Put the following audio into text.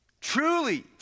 truly